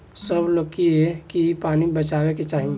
सब लोग के की पानी बचावे के चाही